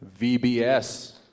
VBS